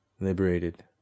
liberated